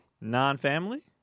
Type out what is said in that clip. Non-family